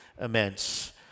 immense